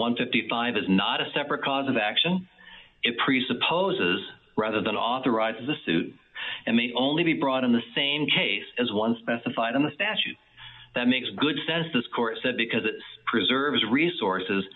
and fifty five is not a separate cause of action it presupposes rather than authorised the suit and may only be brought in the same case as one specified in the statute that makes good sense this court said because it preserves resources